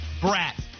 brat